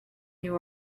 new